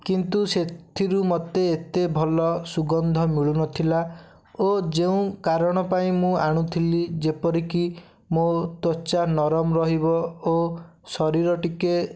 କିନ୍ତୁ ସେଥିରୁ ମୋତେ ଏତେ ଭଲ ସୁଗନ୍ଧ ମିଳୁନଥିଲା ଓ ଯେଉଁ କାରଣ ପାଇଁ ମୁଁ ଆଣୁଥିଲି ଯେପରି କି ମୋ ତ୍ୱଚା ନରମ ରହିବ ଓ ଶରୀର ଟିକେ